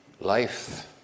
life